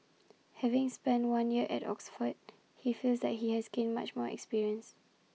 having spent one year at Oxford he feels that he has gained much more experience